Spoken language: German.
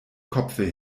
kopfe